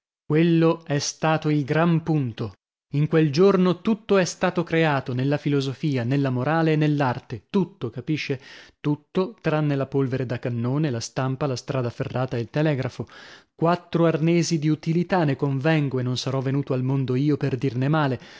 quello è stato il gran punto in quel giorno tutto è stato creato nella filosofia nella morale e nell'arte tutto capisce tutto tranne la polvere da cannone la stampa la strada ferrata e il telegrafo quattro arnesi di utilità ne convengo e non sarò venuto al mondo io per dirne male